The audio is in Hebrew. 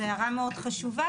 זאת הערה מאוד חשובה,